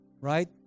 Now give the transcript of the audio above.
right